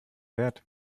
wert